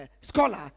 scholar